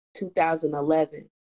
2011